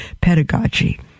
pedagogy